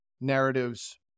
narratives